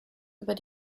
über